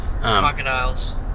Crocodiles